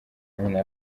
nyina